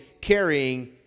carrying